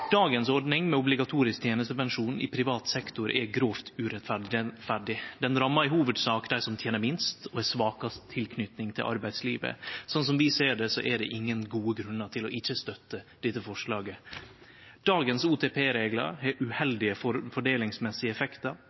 Dagens ordning, med obligatorisk tenestepensjon i privat sektor, er grovt urettferdig. Ho rammar i hovudsak dei som tener minst, og som har svakast tilknyting til arbeidslivet. Slik vi ser det, er det ingen gode grunnar til ikkje å støtte dette forslaget. Dagens OTP-reglar har uheldige fordelingsmessige effektar.